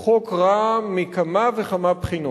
הוא חוק רע מכמה וכמה בחינות,